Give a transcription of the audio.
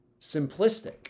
simplistic